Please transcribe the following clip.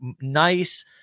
nice